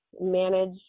manage